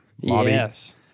yes